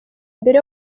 mbere